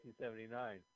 1979